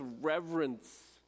reverence